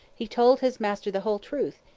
he told his master the whole truth,